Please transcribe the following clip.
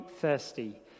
thirsty